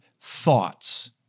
thoughts